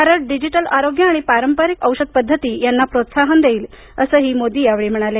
Bharat digital आरोग्य आणि पारंपरिक औषध पद्धती यांना प्रोत्साहन देईल असंही ते म्हणाले